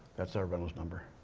that's our reynolds number.